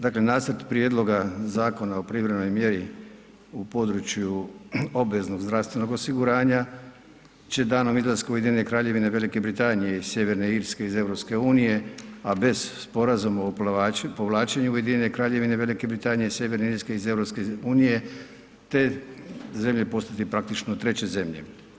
Dakle, nacrt prijedloga Zakona o privremenoj mjeri u području obveznog zdravstvenog osiguranja, će danom izlaska Ujedinjene Kraljevine, Velike Britanije i Sjeverne Irske iz EU, a bez sporazuma o povlačenju Ujedinjene Kraljevine, Velike Britanije i Sjeverne Irske iz EU te zemlje postati praktično 3. zemlje.